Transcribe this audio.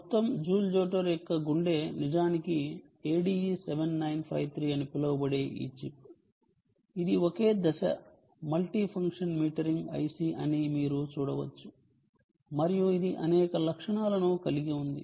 మొత్తం Joule Jotter యొక్క గుండె నిజానికి ADE 7953 అని పిలువబడే ఈ చిప్ ఇది ఒకే దశ మల్టీఫంక్షన్ మీటరింగ్ IC అని మీరు చూడవచ్చు మరియు ఇది అనేక లక్షణాలను కలిగి ఉంది